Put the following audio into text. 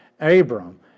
Abram